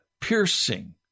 piercing